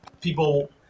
people